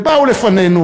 ובאו לפנינו,